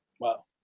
Wow